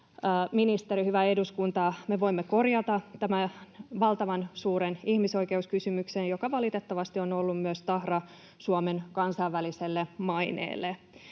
ministeri, hyvä eduskunta, me voimme korjata tämän valtavan suuren ihmisoikeuskysymyksen, joka valitettavasti on ollut myös tahra Suomen kansainväliselle maineelle.